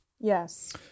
Yes